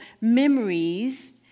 memories